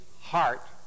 heart